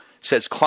says